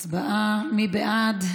הצבעה, מי בעד?